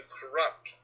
corrupt